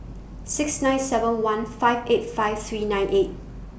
six nine seven one five eight five three nine eight